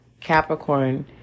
Capricorn